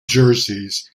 jerseys